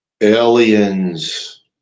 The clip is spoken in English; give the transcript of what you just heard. Aliens